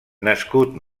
nascut